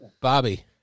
bobby